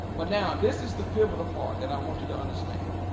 but now this is the pivotal part that i want you to understand